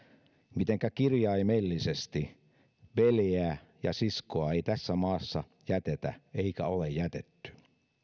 mitenkä kirjaimellisesti veljeä ja siskoa ei tässä maassa jätetä eikä ole jätetty